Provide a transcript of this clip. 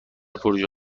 پروژه